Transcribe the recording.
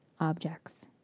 objects